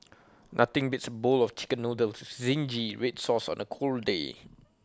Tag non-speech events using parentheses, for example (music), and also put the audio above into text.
(noise) nothing beats A bowl of Chicken Noodles with Zingy Red Sauce on A cold day